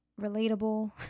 relatable